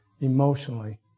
emotionally